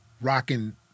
rocking